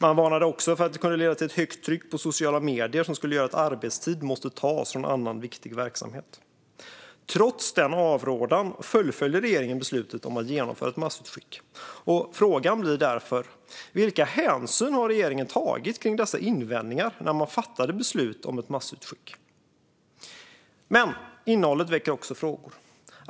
Man varnade också för att det kunde leda till högt tryck på sociala medier som skulle göra att arbetstid måste tas från annan viktig verksamhet. Trots denna avrådan fullföljde regeringen beslutet om att genomföra ett massutskick. Frågan är därför vilken hänsyn regeringen tog till dessa invändningar när man fattade beslut om ett massutskick. Innehållet väcker också frågor.